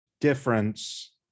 difference